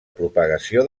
propagació